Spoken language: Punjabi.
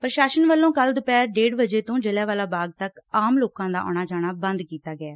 ਪ੍ਸ਼ਾਸਨ ਵੱਲੋਂ ਕੱਲੂ ਦੁਪਹਿਰ ਡੇਢ ਵਜੇ ਤੋਂ ਜਲ੍ਹਿਆਂਵਾਲਾ ਬਾਗ ਤੱਕ ਆਮ ਲੋਕਾਂ ਦਾ ਆਉਣਾ ਜਾਣਾ ਬੰਦ ਕੀਤਾ ਗਿਐ